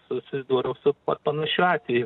susidūriau su pa panašiu atveju